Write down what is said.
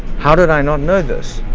how did i not know this?